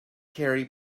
carry